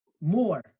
more